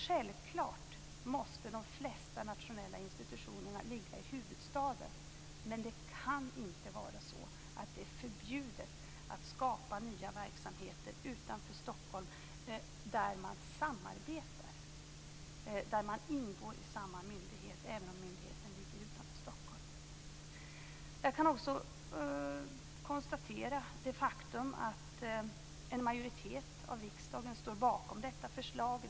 Självklart måste de flesta nationella institutionerna ligga i huvudstaden. Men det kan inte vara förbjudet att skapa nya verksamheter utanför Stockholm, där man samarbetar och ingår i samma myndighet, även om myndigheten ligger utanför Stockholm. Det är också ett faktum att en majoritet av riksdagen står bakom detta förslag.